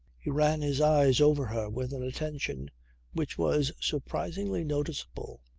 he ran his eyes over her with an attention which was surprisingly noticeable.